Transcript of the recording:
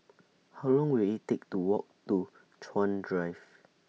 How Long Will IT Take to Walk to Chuan Drive